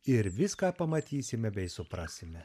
ir viską pamatysime bei suprasime